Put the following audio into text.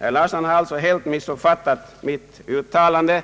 Herr Larsson har alltså helt missuppfattat mitt uttalande.